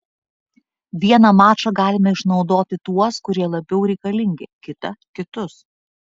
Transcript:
vieną mačą galime išnaudoti tuos kurie labiau reikalingi kitą kitus